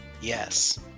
Yes